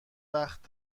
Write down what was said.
وقت